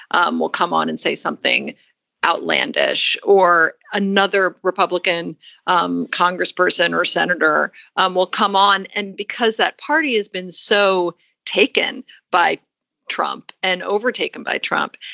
um we'll come on and say something outlandish or another republican um congressperson or senator um will come on. and because that party has been so taken by trump and overtaken by trump,